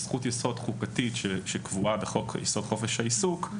זכות יסוד חוקתית שקבועה בחוק חופש העיסוק,